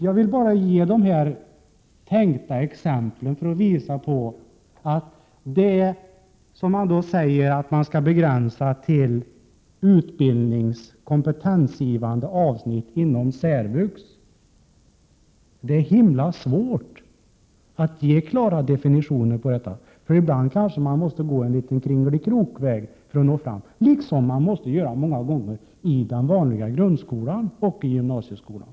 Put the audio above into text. Jag ville bara ge dessa tänkta exempel för att visa på hur det blir när man begränsar utbildningen till kompetensgivande avsnitt inom särvux. Det är mycket svårt att ge klara definitioner på detta. Ibland måste man kanske gå en liten kringelikrokväg för att nå fram, liksom man många gånger måste göra i den vanliga grundskolan och gymnasieskolan.